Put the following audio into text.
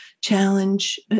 challenge